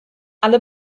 alle